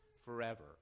forever